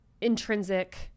intrinsic